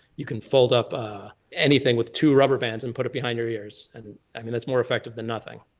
you can fold up anything with two rubber bands and put it behind your ears. and i mean, that's more effective than nothing.